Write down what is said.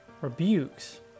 rebukes